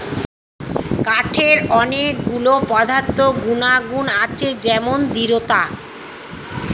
কাঠের অনেক গুলো পদার্থ গুনাগুন আছে যেমন দৃঢ়তা